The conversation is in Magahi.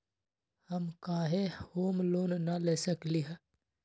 हम काहे होम लोन न ले सकली ह?